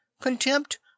Contempt